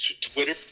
Twitter